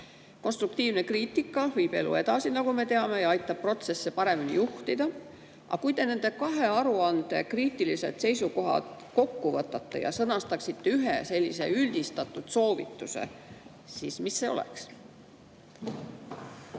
Konstruktiivne kriitika viib elu edasi, nagu me teame, ja aitab protsesse paremini juhtida. Aga kui te nende kahe aruande kriitilised seisukohad kokku võtaksite ja sõnastaksite ühe üldistatud soovituse, siis mis see oleks?